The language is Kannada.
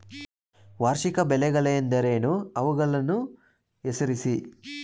ವಾರ್ಷಿಕ ಬೆಳೆಗಳೆಂದರೇನು? ಅವುಗಳನ್ನು ಹೆಸರಿಸಿ?